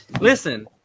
listen